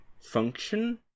function